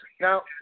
now